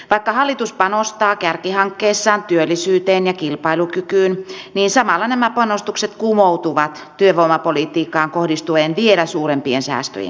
vaikka hallitus panostaa kärkihankkeessaan työllisyyteen ja kilpailukykyyn samalla nämä panostukset kumoutuvat työvoimapolitiikkaan kohdistuvien vielä suurempien säästöjen vuoksi